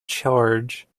charge